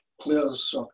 players